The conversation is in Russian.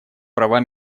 права